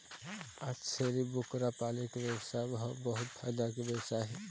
आज छेरी बोकरा पाले के बेवसाय ह बहुत फायदा के बेवसाय हे